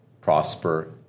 prosper